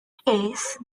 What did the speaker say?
case